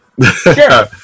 Sure